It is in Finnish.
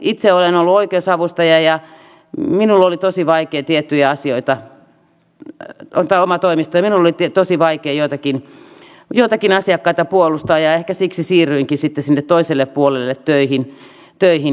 itse olen ollut oikeusavustaja ja minulla oli tosi vaikeaa tiettyjä asioita ottaa omaan toimistoon ja minulle oli tosi vaikeaa joitakin asiakkaita puolustaa ja ehkä siksi siirryinkin sitten sinne toiselle puolelle töihin